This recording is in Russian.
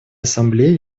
ассамблеи